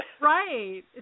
Right